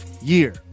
year